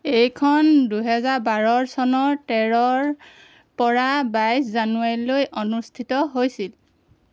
এইখন দুহেজাৰ বাৰ চনৰ তেৰৰ পৰা বাইছ জানুৱাৰীলৈ অনুষ্ঠিত হৈছিল